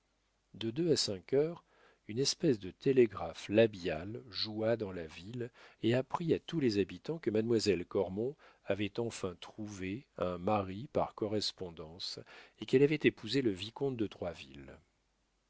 de deux à cinq heures une espèce de télégraphe labial joua dans la ville et apprit à tous les habitants que mademoiselle cormon avait enfin trouvé un mari par correspondance et qu'elle allait épouser le vicomte de